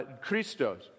Christos